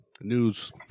news –